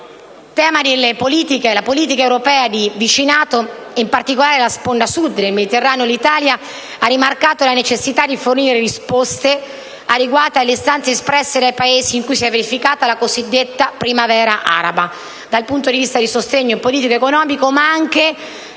In tema di politiche europee di vicinato, in particolare con riguardo alla sponda Sud del Mediterraneo, l'Italia ha rimarcato la necessità di fornire risposte adeguate alle istanze espresse dai Paesi in cui si è verificata la cosiddetta primavera araba, dal punto di vista del sostegno politico ed economico, ma anche